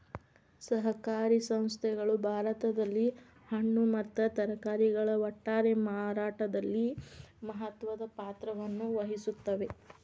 ಸಹಕಾರಿ ಸಂಸ್ಥೆಗಳು ಭಾರತದಲ್ಲಿ ಹಣ್ಣು ಮತ್ತ ತರಕಾರಿಗಳ ಒಟ್ಟಾರೆ ಮಾರಾಟದಲ್ಲಿ ಮಹತ್ವದ ಪಾತ್ರವನ್ನು ವಹಿಸುತ್ತವೆ